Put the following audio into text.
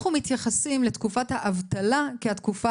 אנחנו מתייחסים לתקופת האבטלה כתקופה